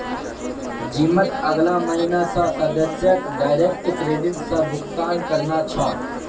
जिमत अगला महीना स सदस्यक डायरेक्ट क्रेडिट स भुक्तान करना छ